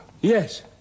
Yes